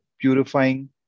purifying